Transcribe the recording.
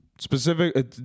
specific